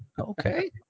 Okay